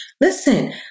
Listen